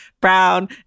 brown